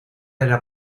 era